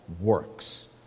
Works